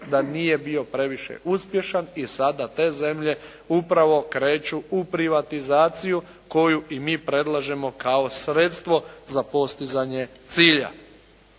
da nije bio previše uspješan i sada te zemlje upravo kreću u privatizaciju koju i mi predlažemo kao sredstvo za postizanje cilja.